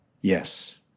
yes